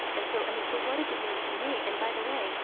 and so, i mean, so what does it mean to me? and, by the way,